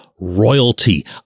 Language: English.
royalty